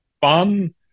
fun